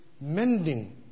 mending